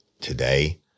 Today